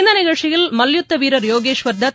இந்த நிகழ்ச்சியில் மல்யுத்தவீரர் யோகேஸ்வர் தத்